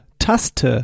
Taste